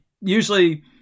usually